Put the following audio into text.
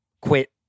quit